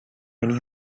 many